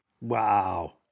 Wow